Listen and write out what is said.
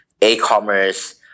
e-commerce